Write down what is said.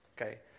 Okay